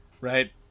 Right